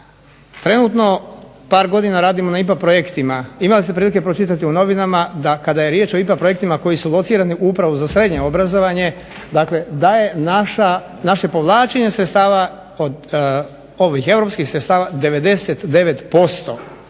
Trenutno, par godina radimo na IPA projektima, imali ste prilike pročitati u novinama da kada je riječ o IPA projektima koji su locirani u Upravu za srednje obrazovanje dakle da je naše povlačenje sredstava ovih europskih sredstava 99%